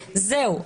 זהו,